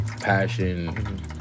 passion